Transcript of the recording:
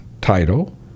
title